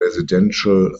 residential